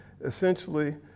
essentially